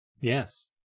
Yes